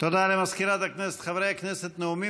ויעל כהן-פארן